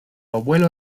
abuelo